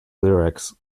lyrics